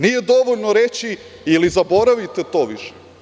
Nije dovoljno reći ili zaboravite to više.